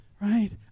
Right